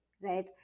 right